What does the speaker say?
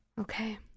Okay